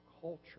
culture